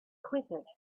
quivered